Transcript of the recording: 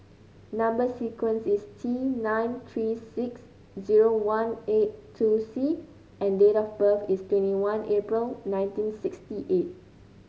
number sequence is T nine three six zero one eight two C and date of birth is twenty one April nineteen sixty eight